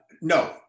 No